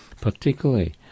particularly